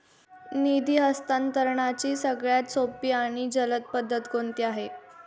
निधी हस्तांतरणाची सगळ्यात सोपी आणि जलद पद्धत कोणती आहे?